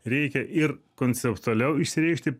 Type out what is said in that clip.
reikia ir konceptualiau išsireikšti